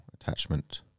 attachment